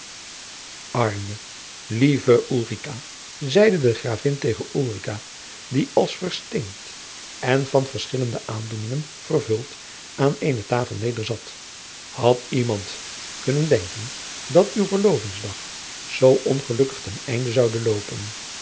arme lieve ulrica zeide de gravin tegen ulrica die als versteend en van verschillende aandoeningen vervuld aan eene tafel nederzat had iemand kunnen denken dat uw verlovingsdag zoo ongelukkig ten einde zoude loopen